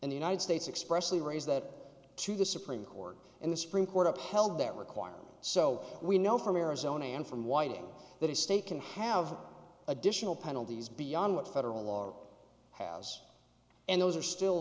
and the united states expressly raise that to the supreme court and the supreme court upheld that requirement so we know from arizona and from whiting that a state can have additional penalties beyond what federal law has and those are still